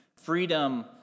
freedom